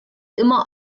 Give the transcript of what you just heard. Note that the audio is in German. immer